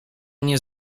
nie